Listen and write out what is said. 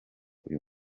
uyu